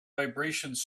vibrations